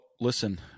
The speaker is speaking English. listen